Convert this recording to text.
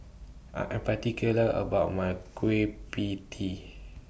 I Am particular about My Kueh PIE Tee